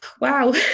wow